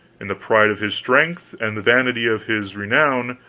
in the pride of his strength and the vanity of his renown,